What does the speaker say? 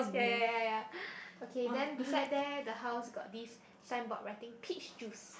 ya ya ya ya okay then beside there the house got this signboard writing peach juice